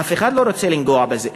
אף אחד לא רוצה לנגוע בזה.